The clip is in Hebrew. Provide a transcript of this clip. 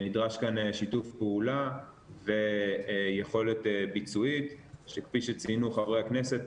נדרש כאן שיתוף פעולה ויכולת ביצועית שכפי שציינו חברי הכנסת,